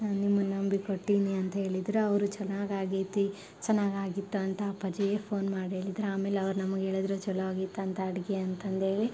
ನಿಮ್ಮನ್ನ ನಂಬಿ ಕೊಟ್ಟೀನಿ ಅಂತ ಹೇಳಿದರು ಅವರು ಚೆನ್ನಾಗಿ ಆಗೈತಿ ಚೆನ್ನಾಗಿ ಆಗಿತ್ತು ಅಂತ ಅಪ್ಪಾಜಿಗೆ ಫೋನ್ ಮಾಡಿ ಹೇಳಿದರು ಆಮೇಲೆ ಅವ್ರು ನಮ್ಗೆ ಹೇಳಿದ್ರು ಚಲೋ ಆಗಿತ್ತು ಅಂತ ಅಡ್ಗೆ ಅಂತಂದೇಳಿ